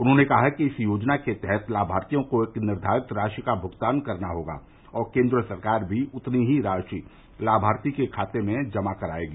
उन्होंने कहा कि इस योजना के तहत लाभार्थियों को एक निर्धारित राशि का भ्गतान करना होगा और केंद्र सरकार भी उतनी ही राशि लाभार्थी के खाते में जमा कराएगी